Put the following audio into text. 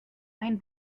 ein